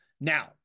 Now